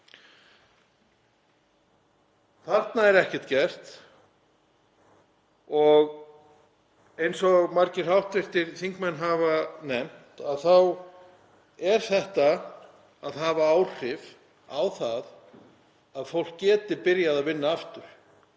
Þarna er ekkert gert og eins og margir hv. þingmenn hafa nefnt þá er þetta að hafa áhrif á það að fólk geti byrjað að vinna aftur,